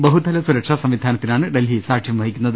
ബഹുതല സുരക്ഷാ സംവിധാനത്തിനാണ് ഡൽഹി സാക്ഷ്യം വഹിക്കുന്നത്